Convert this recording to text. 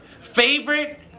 Favorite